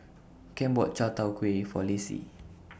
Kem bought Chai Tow Kuay For Lassie